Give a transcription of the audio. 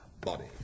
body